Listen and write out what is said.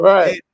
Right